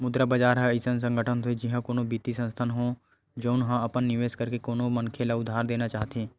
मुद्रा बजार ह अइसन संगठन होथे जिहाँ कोनो बित्तीय संस्थान हो, जउन ह अपन निवेस करके कोनो मनखे ल उधार देना चाहथे